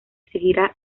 seguirá